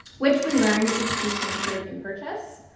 which we learned is key to encouraging purchase,